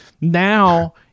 now